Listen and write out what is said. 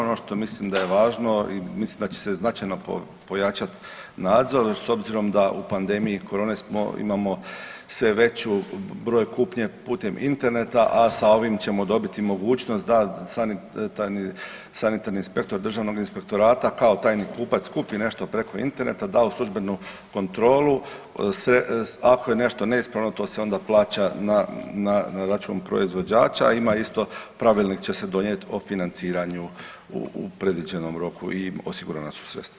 Ono što mislim da je važno i mislim da će se značajno pojačat nadzor s obzirom da u pandemiji korone smo, imamo sve veću broj kupnje putem interneta, a sa ovim ćemo dobiti mogućnost da sanitarni, sanitarni inspektor državnog inspektorata kao tajni kupac kupi nešto preko interneta da u službenu kontrolu, ako je nešto neispravno to se onda plaća na, na, na račun proizvođača, a ima isto pravilnik će se donijet o financiranju u predviđenom roku i osigurana su sredstva.